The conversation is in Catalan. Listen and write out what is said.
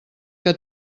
que